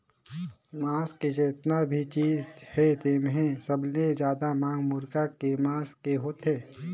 मांस के जेतना भी चीज हे तेम्हे सबले जादा मांग मुरगा के मांस के होथे